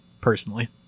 personally